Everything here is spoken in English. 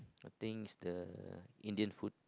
I think is the Indian food